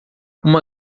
uma